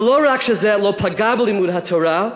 ולא רק שזה לא פגע בלימוד התורה,